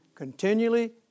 continually